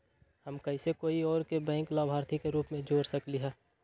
हम कैसे कोई और के बैंक लाभार्थी के रूप में जोर सकली ह?